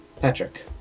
Patrick